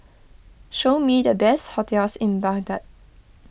show me the best hotels in Baghdad